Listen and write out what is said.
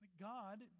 God